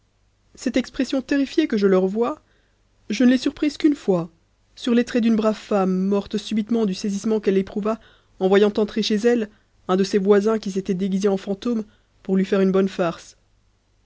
cette expression terrifiée que je leur vois je ne l'ai surprise qu'une fois sur les traits d'une brave femme morte subitement du saisissement qu'elle éprouva en voyant entrer chez elle un de ses voisins qui s'était déguisé en fantôme pour lui faire une bonne farce